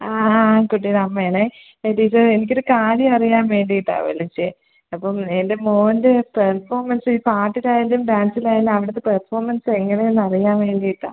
ആ ആ കുട്ടിയുടെ ് അമ്മയാണെ ടീച്ചറെ എനിക്കൊര് കാര്യം അറിയാൻ വേണ്ടിയിട്ടാണ് വിളിച്ചത് അപ്പം എൻ്റെ മോൻ്റെ പെർഫോമൻസ് ഈ പാട്ടിലായാലും ഡാൻസിലായാലും അവിടുത്തെ പെർഫോമൻസ് എങ്ങനെ എന്ന് അറിയാൻ വേണ്ടിയിട്ടാണ്